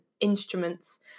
instruments